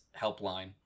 helpline